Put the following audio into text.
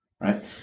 right